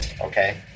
okay